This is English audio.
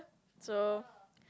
so